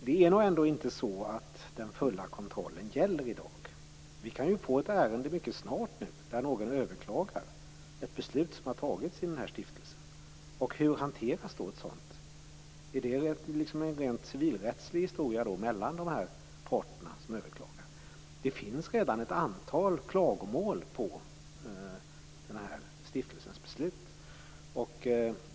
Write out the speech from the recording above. Det är nog inte så att den fulla kontrollen gäller i dag. Vi kan ju mycket snart få ett ärende där någon överklagar ett beslut som har fattats i den här stiftelsen. Hur hanteras då ett sådant? Är det en rent civilrättslig historia mellan de här parterna? Det finns redan ett antal klagomål på den här stiftelsens beslut.